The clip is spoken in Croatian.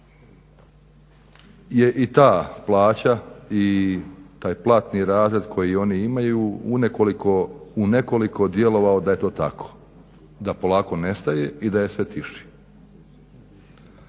je i ta plaća i taj platni razred koji oni imaju u nekoliko djelovao da je to tako, da polako nestaje i da je sve tiši.